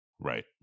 Right